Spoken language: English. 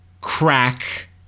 crack